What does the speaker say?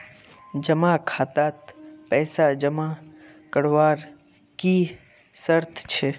जमा खातात पैसा जमा करवार की शर्त छे?